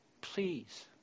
please